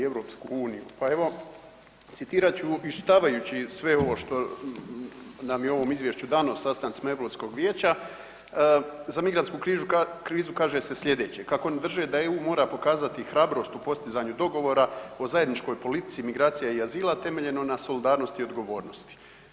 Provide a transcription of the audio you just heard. Pa evo, citirat ću i .../nerazumljivo/... sve ovo što nam je u ovom izvješću dano, sastancima EU vijeća, za migrantsku krizu kaže se sljedeće, kako oni drže da EU mora pokazati hrabrost u postizanju dogovora o zajedničkoj politici migracija i azila temeljeno na solidarnosti i odgovornosti.